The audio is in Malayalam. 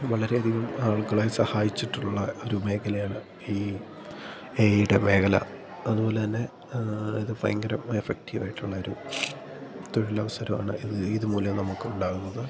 വളരെ അധികം ആളുകളെ സഹായിച്ചിട്ടുള്ള ഒരു മേഖലയാണ് ഈ എ ഐയുടെ മേഖല അതു പോലെ തന്നെ ആ ഇത് ഭയങ്കര എഫക്റ്റീവായിട്ടുള്ളൊരു തൊഴിലവസരമാണ് ഇത് ഇത് മൂലം നമുക്കുണ്ടാകുന്നത്